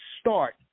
start